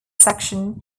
section